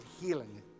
healing